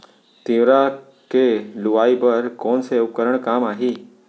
तिंवरा के लुआई बर कोन से उपकरण काम आही?